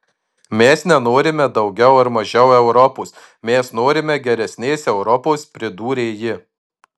mes nenorime daugiau ar mažiau europos mes norime geresnės europos pridūrė ji